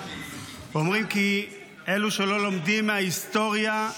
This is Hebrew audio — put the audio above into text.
אומרים שאלו שלא לומדים מההיסטוריה,